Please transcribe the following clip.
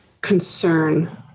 concern